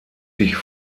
sich